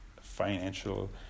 financial